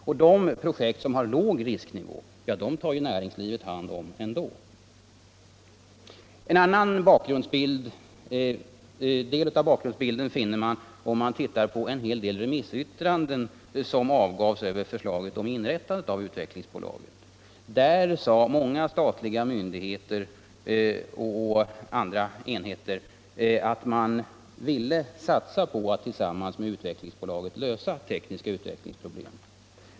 Och de projekt som har låg risknivå — ja dem tar ju näringslivet hand om ändå! En annan del av bakgrundsbilden finner man i en hel del remissyttranden som avgavs över förslaget om inrättande av Utvecklingsbolaget. Där sade många statliga myndigheter och andra organ att de ville satsa på att tillsammans med Utvecklingsbolaget lösa tekniska utvecklingsproblem.